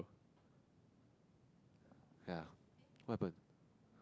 ya what happen